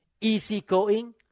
easygoing